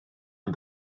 yng